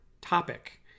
topic